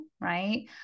right